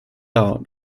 out